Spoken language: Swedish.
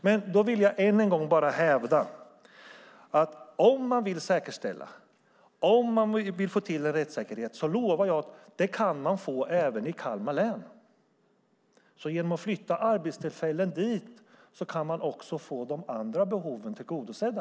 Men då vill jag än en gång bara hävda att om man vill säkerställa detta och få till en rättssäkerhet lovar jag att man kan få det även i Kalmar län. Genom att flytta arbetstillfällen dit kan man också få de andra behoven tillgodosedda.